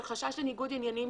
של חשש לניגוד עניינים,